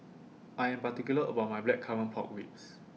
I Am particular about My Blackcurrant Pork Ribs